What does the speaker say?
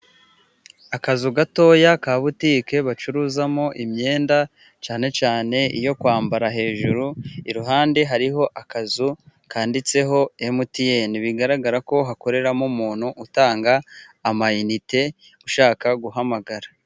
Akazu gatoya ka butike bacururizamo imyenda, cyane cyane iyo kwambara hejuru. Iruhande hariho akazu kanditseho MTN . Bigaragara ko hakoreramo umuntu utanga amayinite ushaka guhamagara.